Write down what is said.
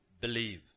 Believe